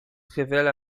révèle